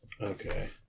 Okay